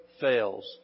fails